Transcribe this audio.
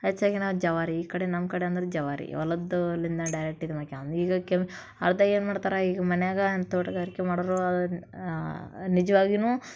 ಹೆಚ್ಚಾಗಿ ನಾವು ಜವಾರಿ ಈ ಕಡೆ ನಮ್ಮ ಕಡೆ ಅಂದ್ರೆ ಜವಾರಿ ಹೊಲದ್ದು ಅಲ್ಲಿಂದ ಡೈರೆಕ್ಟ್ ಇದು ಈಗ ಅರ್ಧ ಏನ್ಮಾಡ್ತಾರೆ ಈಗ ಮನೆಯಾಗ ಅಂತ ತೋಟಗಾರಿಕೆ ಮಾಡೋರು ನಿಜ್ವಾಗಿಯೂ